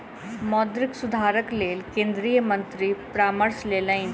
मौद्रिक सुधारक लेल केंद्रीय मंत्री परामर्श लेलैन